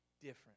different